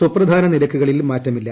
സുപ്രധാന നിരക്കുകളിൽ മാറ്റമില്ല